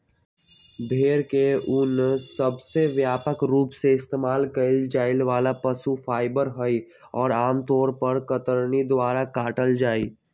भेड़ के ऊन सबसे व्यापक रूप से इस्तेमाल कइल जाये वाला पशु फाइबर हई, और आमतौर पर कतरनी द्वारा काटल जाहई